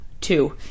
two